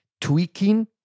tweaking